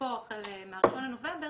לתוקפו החל מ-1 בנובמבר,